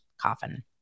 coffin